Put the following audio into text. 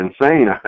insane